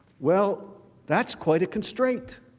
well that's quite a constraint